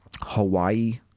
Hawaii